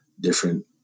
different